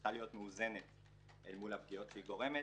צריכה להיות מאוזנת אל מול הפגיעות שהיא גורמת.